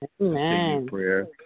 Amen